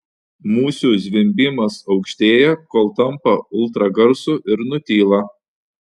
musių zvimbimas aukštėja kol tampa ultragarsu ir nutyla